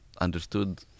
understood